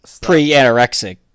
pre-anorexic